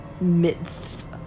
midst